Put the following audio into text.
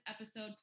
episode